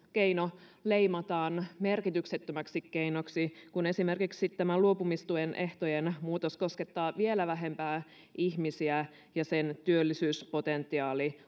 keino leimataan merkityksettömäksi keinoksi kun esimerkiksi tämä luopumistuen ehtojen muutos koskettaa vielä vähempää määrää ihmisiä ja sen työllisyyspotentiaali